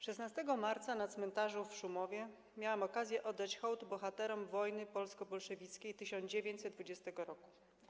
16 marca na cmentarzu w Szumowie miałam okazję oddać hołd bohaterom wojny polsko-bolszewickiej 1920 r.